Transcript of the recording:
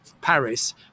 Paris